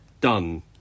done